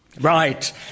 Right